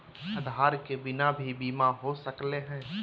आधार के बिना भी बीमा हो सकले है?